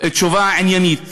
תשובה עניינית